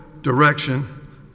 direction